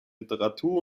literatur